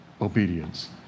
obedience